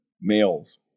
males